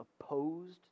opposed